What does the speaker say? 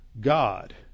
God